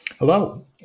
hello